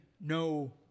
no